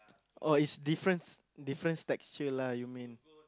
oh is difference difference texture lah you mean